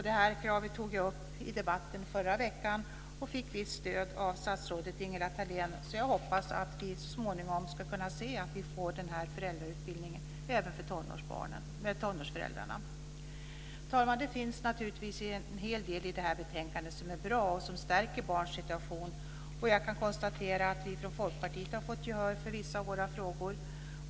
Detta krav tog jag upp i debatten i förra veckan och fick visst stöd av statsrådet Ingela Thalén, så jag hoppas att vi så småningom ska kunna få en föräldrautbildning även för tonårsföräldrar. Fru talman! Det finns naturligtvis en hel del i det här betänkandet som är bra och som stärker barns situation, och jag kan konstatera att vi från Folkpartiet har fått gehör för vissa av våra frågor.